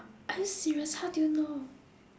are you serious how do you know